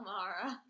Mara